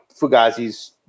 Fugazi's